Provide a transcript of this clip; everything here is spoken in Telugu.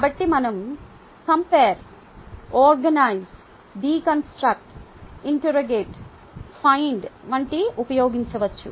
కాబట్టి మనం compare organise deconstruct interrogate find వంటివి ఉపయోగించవచ్చు